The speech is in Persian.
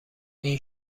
این